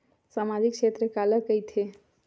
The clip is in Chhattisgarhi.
सामजिक क्षेत्र काला कइथे?